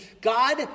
God